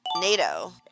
NATO